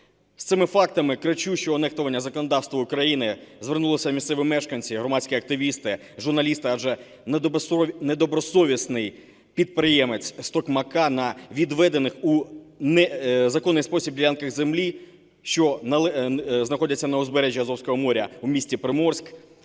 З цими фактами кричущого нехтування законодавства України звернулися місцеві мешканці, громадські активісти, журналісти, адже недобросовісний підприємець з Токмака на відведених у незаконний спосіб ділянках землі, що знаходяться на узбережжі Азовського моря у місті Приморськ,